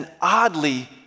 oddly